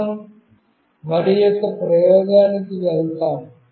మనం మరొక ప్రయోగానికి వెళ్దాం